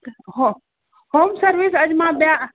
हो home service अॼु मां ॿिया